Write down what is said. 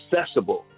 accessible